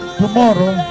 tomorrow